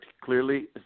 clearly